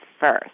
first